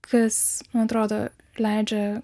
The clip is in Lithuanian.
kas man atrodo leidžia